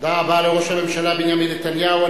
תודה רבה לראש הממשלה בנימין נתניהו.